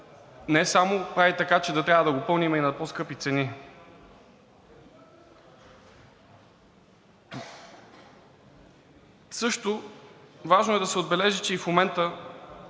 не само прави така, че трябва да го пълним и на по-скъпи цени. Също важно е да се отбележи, че в момента